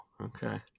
okay